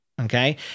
Okay